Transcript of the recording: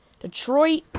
Detroit